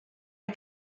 ear